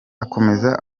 akomeza